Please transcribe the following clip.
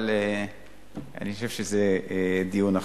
אבל אני חושב שזה דיון אחר.